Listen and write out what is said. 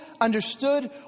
understood